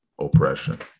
oppression